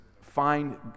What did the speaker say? find